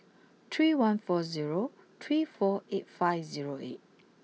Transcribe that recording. three one four zero three four eight five zero eight